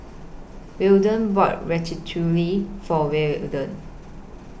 Weldon bought Ratatouille For Well A den